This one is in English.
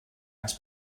has